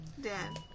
Dan